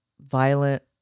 violent